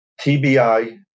TBI